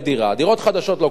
דירות חדשות לא קונים,